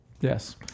Yes